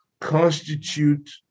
constitute